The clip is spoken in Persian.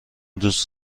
دوست